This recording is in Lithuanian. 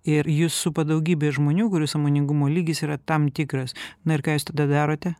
ir jus supa daugybė žmonių kurių sąmoningumo lygis yra tam tikras na ir ką jūs tada darote